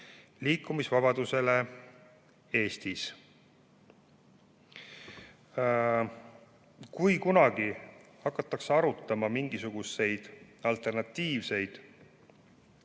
liikumisvabadusele Eestis?" Kui kunagi hakatakse arutama mingisuguseid alternatiivseid